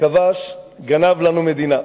כבש, גנב לנו מדינה.